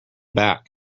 back